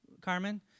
Carmen